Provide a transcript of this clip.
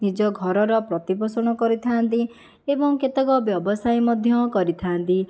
ନିଜ ଘରର ପ୍ରତିପୋଷଣ କରିଥାନ୍ତି ଏବଂ କେତେକ ବ୍ୟବସାୟ ମଧ୍ୟ କରିଥାନ୍ତି